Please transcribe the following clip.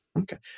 Okay